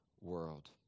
world